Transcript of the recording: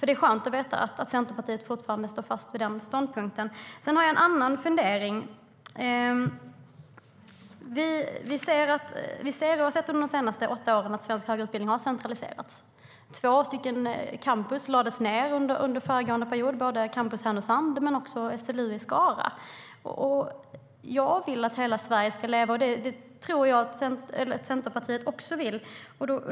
Det är skönt att veta att Centerpartiet fortfarande står fast vid den ståndpunkten. Sedan har jag en annan fundering. Under de senaste åtta åren har vi kunnat se att svensk högre utbildning har centraliserats. Två campus lades ned under föregående period, Campus i Härnösand men också SLU i Skara. Jag vill att hela Sverige ska leva, och det tror jag att Centerpartiet också vill.